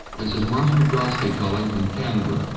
this is monty mcclosky calling from canberra.